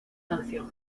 canción